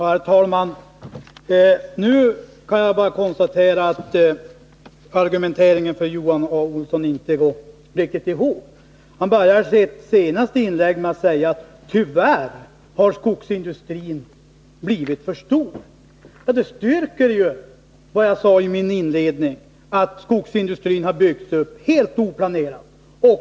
Herr talman! Nu kan jag bara konstatera att Johan A. Olssons argumentering inte går riktigt ihop. Han började sitt senaste inlägg med att säga att tyvärr har skogsindustrin blivit för stor. Det styrker vad jag sade i min inledning, nämligen att skogsindustrin har byggts upp helt oplanerat.